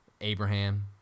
Abraham